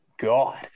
God